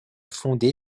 fondée